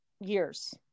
Years